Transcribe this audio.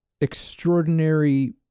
extraordinary